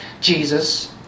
Jesus